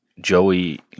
Joey